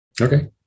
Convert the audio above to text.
Okay